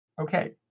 Okay